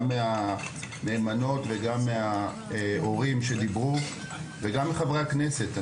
מהנאמנות וגם מההורים שדיברו פה וגם מחברי הכנסת.